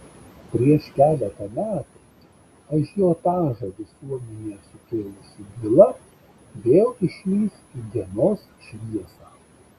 prieš keletą metų ažiotažą visuomenėje sukėlusi byla vėl išlįs į dienos šviesą